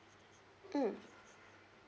mm